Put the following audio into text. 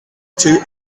two